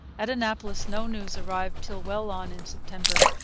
at annapolis no news arrived till well on in september,